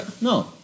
No